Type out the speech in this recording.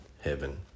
Heaven